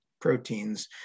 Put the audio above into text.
proteins